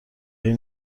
این